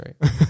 right